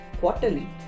quarterly